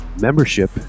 membership